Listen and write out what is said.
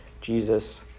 Jesus